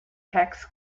tax